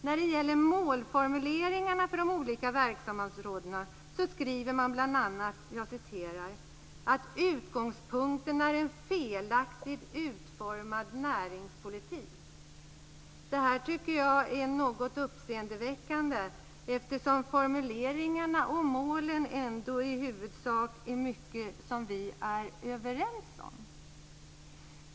När det gäller målformuleringarna för de olika verksamhetsområdena skriver man bl.a. att utgångspunkten är "en felaktigt utformad näringspolitik". Detta tycker jag är något uppseendeväckande eftersom det i formuleringarna och målen ändå i huvudsak finns mycket som vi är överens om.